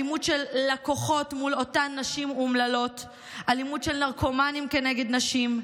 אלימות של לקוחות מול אותן נשים אומללות; אלימות של נרקומנים נגד נשים.